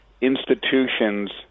institutions